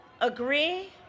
agree